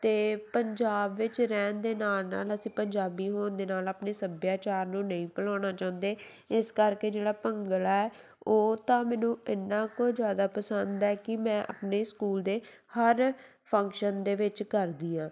ਅਤੇ ਪੰਜਾਬ ਵਿੱਚ ਰਹਿਣ ਦੇ ਨਾਲ ਨਾਲ ਅਸੀਂ ਪੰਜਾਬੀ ਹੋਣ ਦੇ ਨਾਲ ਆਪਣੇ ਸਭਿਆਚਾਰ ਨੂੰ ਨਹੀਂ ਭੁਲਾਉਣਾ ਚਾਹੁੰਦੇ ਇਸ ਕਰਕੇ ਜਿਹੜਾ ਭੰਗੜਾ ਹੈ ਉਹ ਤਾਂ ਮੈਨੂੰ ਇੰਨਾ ਕੁ ਜ਼ਿਆਦਾ ਪਸੰਦ ਹੈ ਕਿ ਮੈਂ ਆਪਣੇ ਸਕੂਲ ਦੇ ਹਰ ਫੰਕਸ਼ਨ ਦੇ ਵਿੱਚ ਕਰਦੀ ਹਾਂ